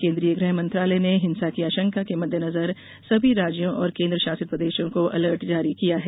केंद्रीय गृह मंत्रालय ने हिंसा की आशंका के मद्देनजर सभी राज्यों और केंद्र शासित प्रदेशों को अलर्ट किया है